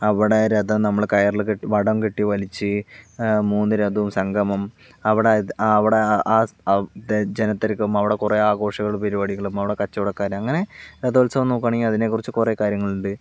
അവിടെ രഥം നമ്മള് കയറില് കെട്ടി വടം കെട്ടി വലിച്ച് മൂന്ന് രഥവും സംഗമം അവിടെ അവിടെ ആ ജനത്തിരക്കും അവിടെ കുറേ ആഘോഷങ്ങളും പരിപാടികളും അവിടെ കച്ചവടക്കാരും അങ്ങനെ രഥോത്സവം നോക്കുകയാണെങ്കിൽ അതിനെ കുറിച്ച് കുറേ കാര്യങ്ങളുണ്ട്